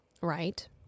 Right